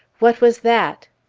what was that?